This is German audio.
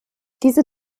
diese